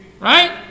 right